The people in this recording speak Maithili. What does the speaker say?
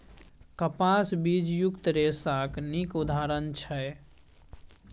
कपास बीजयुक्त रेशाक नीक उदाहरण छै